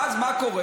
ואז מה קורה?